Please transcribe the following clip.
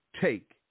take